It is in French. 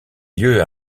lieu